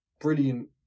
brilliant